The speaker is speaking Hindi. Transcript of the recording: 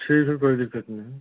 ठीक है कोई दिक्कत नहीं